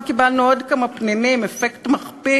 ועכשיו קיבלנו עוד כמה פנינים: אפקט מכפיל,